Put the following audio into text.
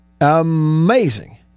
amazing